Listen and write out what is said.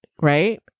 right